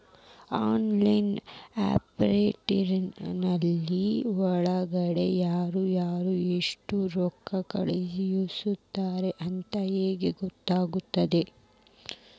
Online payment ಒಳಗಡೆ ಯಾರ್ಯಾರು ಎಷ್ಟು ರೊಕ್ಕ ಕಳಿಸ್ಯಾರ ಅಂತ ಹೆಂಗ್ ಗೊತ್ತಾಗುತ್ತೆ?